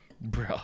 Bro